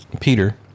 Peter